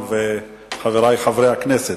וחברי חברי הכנסת,